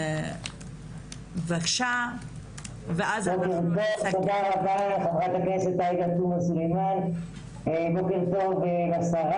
תודה רבה לח"כ עאידה תומא סלימאן, בוקר טוב לשרה